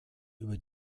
über